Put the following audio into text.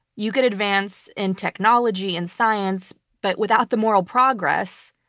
you could advance in technology and science, but without the moral progress,